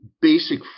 basic